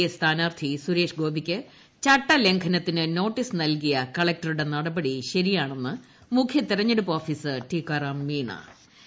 A സ്ഥാനാർത്ഥി ്സുരേഷ്ഗോപിക്ക് ന് ചട്ടലംഘനത്തിന് ന്റോട്ടീസ് നൽകിയ കളക്ടറുടെ നടപടി ശരിയാണ്ണെന്ന് മുഖ്യ തെരഞ്ഞെടുപ്പ് ഓഫീസർ ടീക്കാറാം മീണ്ട്